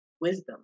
wisdom